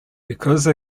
because